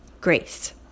grace